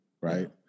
Right